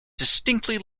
distinctly